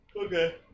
Okay